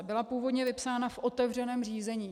Byla původně vypsána v otevřeném řízení.